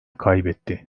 kaybetti